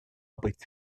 быть